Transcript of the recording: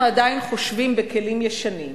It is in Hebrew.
אנחנו עדיין חושבים בכלים ישנים,